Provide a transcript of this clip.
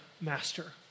master